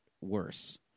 worse